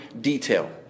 detail